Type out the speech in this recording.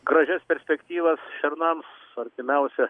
gražias perspektyvas šernams artimiausią